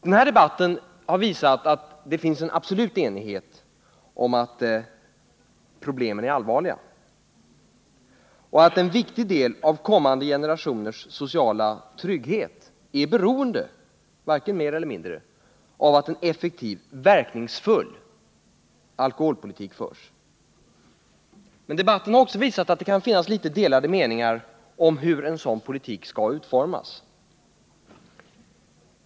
Den här debatten har visat att det finns en absolut enighet om att problemen är allvarliga och att en viktig del av kommande generationers sociala trygghet är beroende, varken mer eller mindre, av att en effektiv, verkningsfull alkoholpolitik förs. Men debatten har också visat att det kan finnas delade meningar om hur en sådan politik skall utformas.